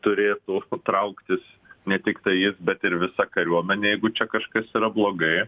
turėtų trauktis ne tiktai jis bet ir visa kariuomenė jeigu čia kažkas yra blogai